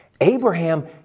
Abraham